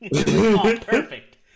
perfect